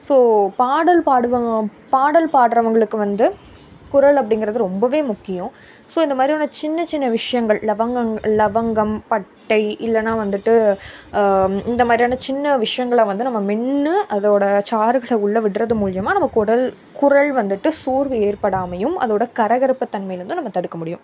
so பாடல் பாடுவாங்க பாடல் பாடுகிறவுங்களுக்கு வந்து குரல் அப்படிங்கிறது ரொம்பவே முக்கியம் ஸோ இந்த மாதிரியான சின்ன சின்ன விஷயங்கள் லவங்கங் லவங்கம் பட்டை இல்லைன்னா வந்துட்டு இந்த மாதிரியான சின்ன விஷயங்கள வந்து நம்ம மென்று அதோட சாறுகளை உள்ள விடுறது மூலிமா நம்ம குடல் குரல் வந்துட்டு சோர்வு ஏற்படாமையும் அதோட கரகரப்பு தன்மையிலருந்தும் நம்ம தடுக்க முடியும்